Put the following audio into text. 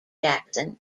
jackson